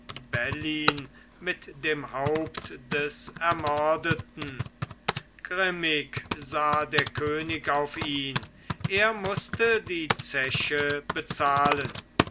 bellyn mit dem haupt des ermordeten grimmig sah der könig auf ihn er mußte die zeche bezahlen